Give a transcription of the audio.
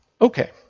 Okay